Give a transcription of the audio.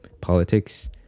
politics